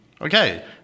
Okay